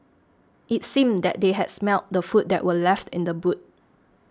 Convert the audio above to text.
it seemed that they had smelt the food that were left in the boot